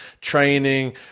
training